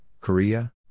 Korea